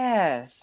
Yes